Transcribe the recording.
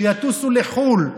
שיטוסו לחו"ל,